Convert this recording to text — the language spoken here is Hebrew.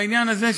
בעניין הזה,